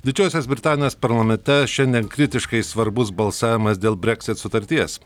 didžiosios britanijos parlamete šiandien kritiškai svarbus balsavimas dėl breksit sutarties